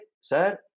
sir